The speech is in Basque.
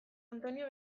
antonio